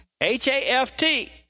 H-A-F-T